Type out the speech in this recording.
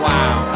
Wow